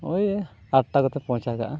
ᱳᱭ ᱟᱴᱴᱟ ᱠᱚᱛᱮᱢ ᱯᱚᱦᱪᱟᱣ ᱠᱟᱜᱼᱟ